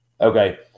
Okay